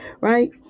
Right